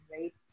right